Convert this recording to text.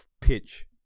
pitch